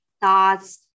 thoughts